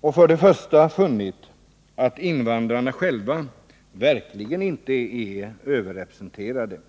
och först och främst funnit att invandrarna själva verkligen inte är överrepresenterade.